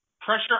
Pressure